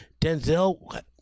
Denzel